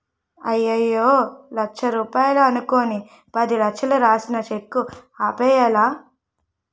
అయ్యయ్యో లచ్చ రూపాయలు అనుకుని పదిలచ్చలు రాసిన సెక్కు ఆపేయ్యాలా